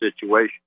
situation